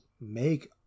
make